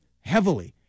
heavily